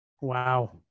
wow